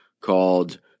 called